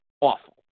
awful